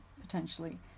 potentially